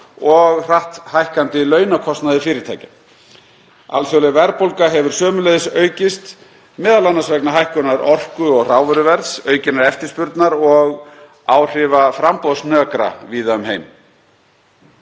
og hratt hækkandi launakostnaði fyrirtækja. Alþjóðleg verðbólga hefur sömuleiðis aukist, m.a. vegna hækkunar orku- og hrávöruverðs, aukinnar eftirspurnar og áhrifa framboðshnökra víða um heim.